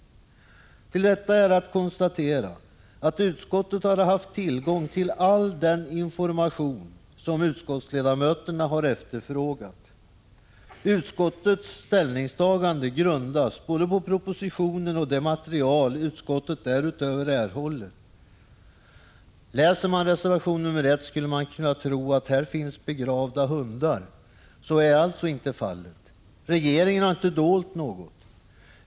Till detta är att konstatera att utskottet har haft tillgång till all den information som utskottsledamöterna har efterfrågat. Utskottets ställningstagande grundas både på propositionen och på det material utskottet därutöver erhållit. Läser man reservation nr 1 skulle man kunna tro att här finns begravda hundar. Så är alltså inte fallet. Regeringen har inte dolt något.